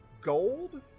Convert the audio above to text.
gold